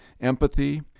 Empathy